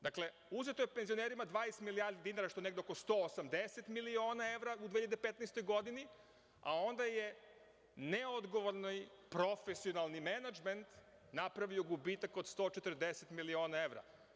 Dakle, uzeto je penzionerima 20 milijardi dinara, što je negde oko 180 miliona evra u 2015. godini, a onda je neodgovorni profesionalni menadžment napravio gubitak od 140 miliona evra.